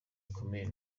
bikomeye